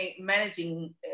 managing